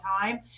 time